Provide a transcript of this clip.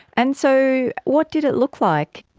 and so what did it look like?